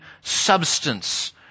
substance